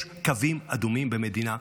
יש קווים אדומים במדינה.